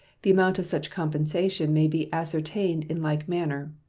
the amount of such compensation may be ascertained in like manner,